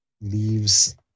leaves